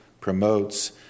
promotes